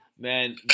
man